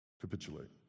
Capitulate